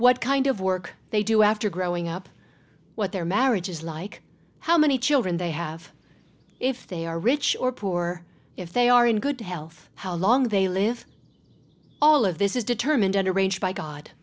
what kind of work they do after growing up what their marriage is like how many children they have if they are rich or poor if they are in good health how long they live all of this is determined on arranged by god